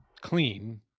clean